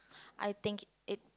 I think it